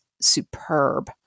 superb